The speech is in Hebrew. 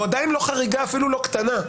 הוא עדיין לא חריגה אפילו לא קטנה.